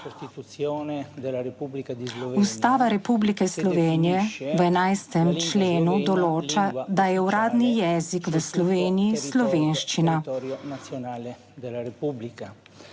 Ustava Republike Slovenije v 11. členu določa, da je uradni jezik v Sloveniji slovenščina.